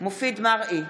מופיד מרעי,